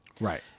Right